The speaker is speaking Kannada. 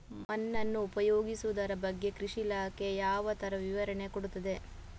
ಮಣ್ಣನ್ನು ಉಪಯೋಗಿಸುದರ ಬಗ್ಗೆ ಕೃಷಿ ಇಲಾಖೆ ಯಾವ ತರ ವಿವರಣೆ ಕೊಡುತ್ತದೆ?